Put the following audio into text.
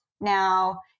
Now